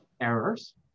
errors